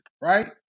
right